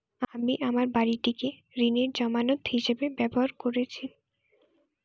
আমি আমার বাড়িটিকে ঋণের জামানত হিসাবে ব্যবহার করেছি